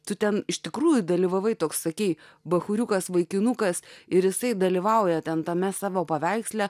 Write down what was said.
tu ten iš tikrųjų dalyvavai toks sakei bachūriukas vaikinukas ir jisai dalyvauja ten tame savo paveiksle